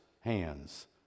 hands